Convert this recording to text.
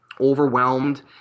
overwhelmed